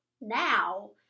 now